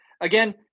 again